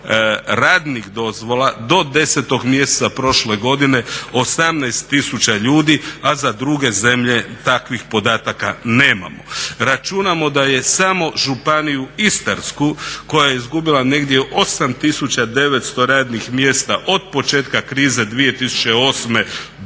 radnih dozvola do 10.mjeseca prošle godine 18 tisuća ljudi, a za druge zemlje takvih podataka nemamo. Računamo da je samo županiju Istarsku koja je izgubila negdje 8.900 radnih mjesta od početka krize 2008.do